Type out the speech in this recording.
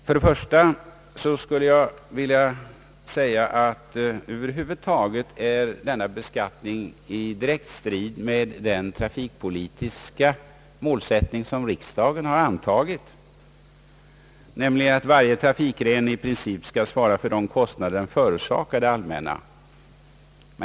För det första skulle jag vilja säga att över huvud taget står denna beskattning i direkt strid med den trafikpolitiska målsättning som riksdagen har antagit, nämligen att varje trafikgren i princip skall svara för de kostnader den förorsakar det allmänna.